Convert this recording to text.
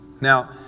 Now